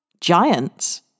Giants